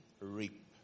reap